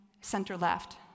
center-left